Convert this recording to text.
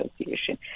Association